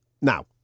Now